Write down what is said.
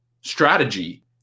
strategy